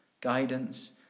guidance